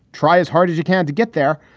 try as hard as you can to get there.